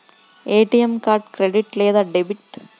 ATM card credit లేదా debit?